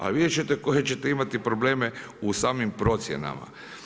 A vidjeti ćete koje ćete imati probleme u samim procjenama.